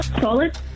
Solid